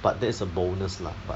but that's a bonus lah but